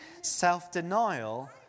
Self-denial